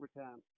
overtime